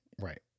Right